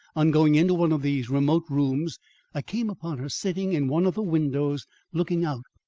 on going into one of these remote rooms i came upon her sitting in one of the windows looking out.